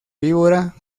víbora